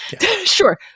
Sure